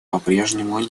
попрежнему